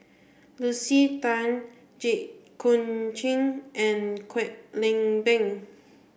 Lucy Tan Jit Koon Ch'ng and Kwek Leng Beng